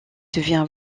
devient